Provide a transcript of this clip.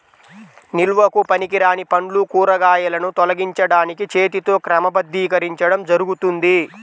నిల్వకు పనికిరాని పండ్లు, కూరగాయలను తొలగించడానికి చేతితో క్రమబద్ధీకరించడం జరుగుతుంది